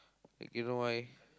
okay you know why